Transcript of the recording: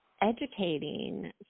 educating